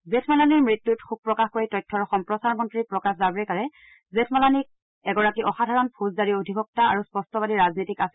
জেঠমালানীৰ মৃত্যুত শোক প্ৰকাশ কৰি তথ্য আৰু সম্প্ৰচাৰমন্ত্ৰী প্ৰকাশ জাম্ৰেকাৰে জেঠমালানীক এগৰাকী অসাধাৰণ ফৌজদাৰী অধিবক্তা আৰু স্পষ্টবাদী ৰাজনীতিক আছিল